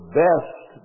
best